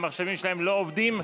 שהמחשבים שלהם לא עובדים,